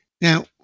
Now